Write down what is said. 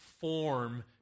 form